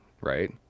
Right